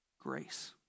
grace